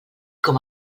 com